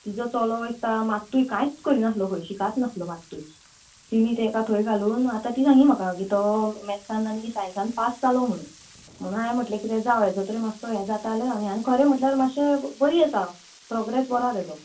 तिजो चोलो दिसता मात्तूय कांयच करी नासलो खंय शिकात नासलो मात्तूय तिणी तेका थंय घालून आतां ती सांगी म्हाका की तो मॅथ्सान आनी सायन्सान पास जालो म्हुणून म्हुणू हांय म्हटलें कितें जावं हेजो तरी मात्सो हें जाता जाल्यार आनी आनी खरें म्हटल्यार मातशें बरी आसा प्रॉग्रॅस बरो आं तेजो